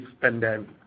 pandemic